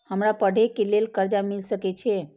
हमरा पढ़े के लेल कर्जा मिल सके छे?